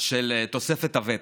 של תוספת הוותק.